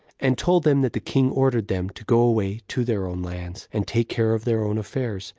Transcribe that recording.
and told them that the king ordered them to go away to their own lands, and take care of their own affairs,